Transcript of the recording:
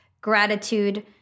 gratitude